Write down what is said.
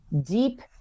deep